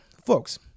Folks